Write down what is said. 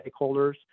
stakeholders